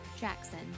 Jackson